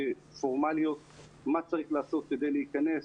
פורמליות מה צריך לעשות כדי להיכנס,